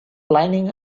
planning